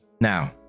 Now